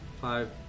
Five